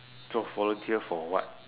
so volunteer for what